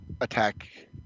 attack